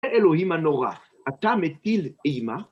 אלוקים הנורא, אתה מטיל אימה.